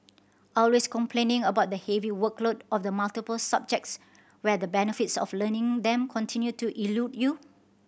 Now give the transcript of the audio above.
always complaining about the heavy workload of the multiple subjects where the benefits of learning them continue to elude you